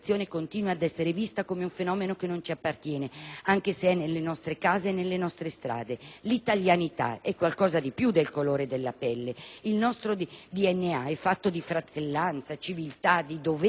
fenomeno che non ci appartiene, anche se è nelle nostre case e nelle nostre strade. L'italianità è qualcosa di più del colore della pelle: il nostro DNA è fatto di fratellanza, di civiltà, di doveri e di diritti, che ci appartengono